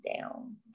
down